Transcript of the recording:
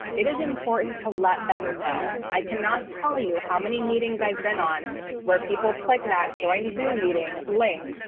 it is important to let them know i cannot tell you how many meetings i've been on where people click that join zoom meeting link.